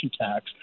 tax